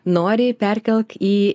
nori perkelk į